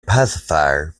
pacifier